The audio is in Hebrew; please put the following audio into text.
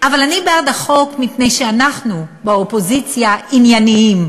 אבל אני בעד החוק מפני שאנחנו באופוזיציה ענייניים.